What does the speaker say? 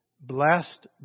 Blessed